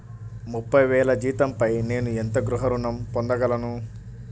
ముప్పై వేల జీతంపై నేను ఎంత గృహ ఋణం పొందగలను?